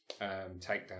takedown